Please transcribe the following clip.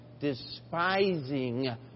despising